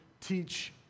teach